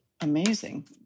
amazing